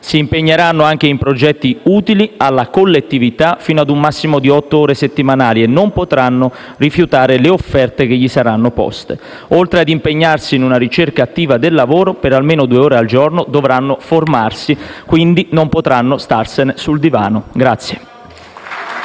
Si impegneranno anche in progetti utili alla collettività fino a un massimo di otto ore settimanali e non potranno rifiutare le offerte che saranno loro poste. Oltre ad impegnarsi in una ricerca attiva del lavoro per almeno due ore al giorno, dovranno formarsi, quindi non potranno starsene sul divano.